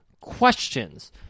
questions